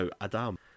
Adam